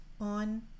on